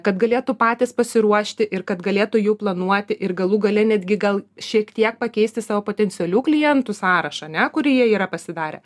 kad galėtų patys pasiruošti ir kad galėtų jau planuoti ir galų gale netgi gal šiek tiek pakeisti savo potencialių klientų sąrašą ane kurį jie yra pasidarę